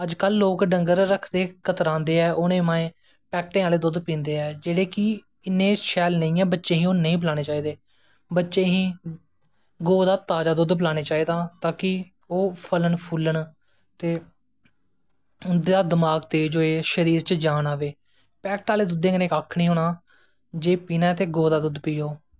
अज्ज कल लोग डंगर रक्खदे कतरांदे ऐं उ'नें पैकटें आह्ला दुद्द पींदे ऐं जेह्ड़े कि इन्ना शैल नेंई ऐ ओह् नेंई प्लैनां चाही दा बच्चें गी बच्चें गी गौ दा ताजा दुध्द प्लैनां चाही दा ताकि ओह् फलन फुल्लन ते उंदा दमाक तेज़ होऐ शऱीर च जान अवैं पैकटे आह्लै दुध्दै कन्नैं कक्ख नी होनां जे पीना ऐं ते गौ दा दुद्द पियो